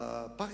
בפרקטיקה,